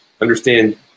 understand